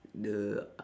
the